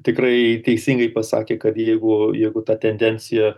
tikrai teisingai pasakė kad jeigu jeigu ta tendencija